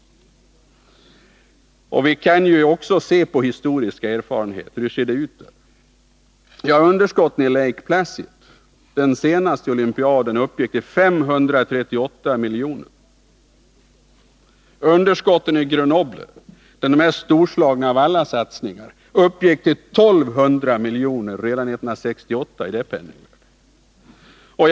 Vi kan ju också se på historiska erfarenheter. Hur har det varit tidigare? Jo, underskotten i samband med den senaste olympiaden i Lake Placid uppgick till 538 milj.kr. Underskotten i Grenoble — den mest storslagna av alla satsningar — uppgick till I 200 miljoner redan i 1968 års penningvärde.